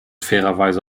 fairerweise